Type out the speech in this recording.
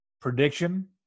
prediction